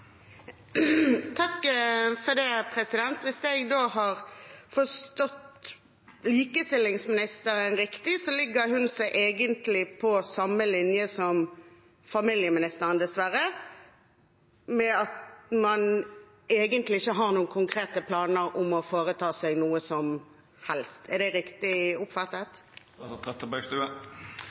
Hvis jeg har forstått likestillingsministeren riktig, legger hun seg dessverre på samme linje som familieministeren ved at man egentlig ikke har noen konkrete planer om å foreta seg noe som helst. Er det riktig